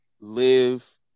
Live